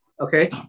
Okay